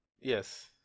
Yes